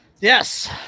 Yes